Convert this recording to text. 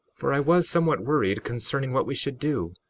for i was somewhat worried concerning what we should do,